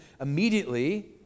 immediately